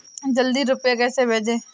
जल्दी रूपए कैसे भेजें?